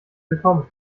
willkommen